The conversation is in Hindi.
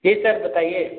जी सर बताइए